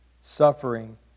Suffering